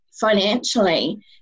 financially